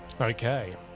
Okay